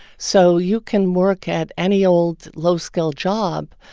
so you can work at any old low-skilled job,